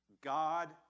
God